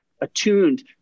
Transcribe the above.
attuned